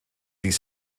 dydd